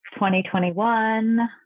2021